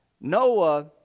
Noah